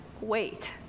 wait